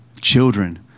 children